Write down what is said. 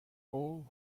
all